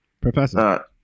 Professor